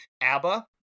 ABBA